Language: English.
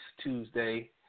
Tuesday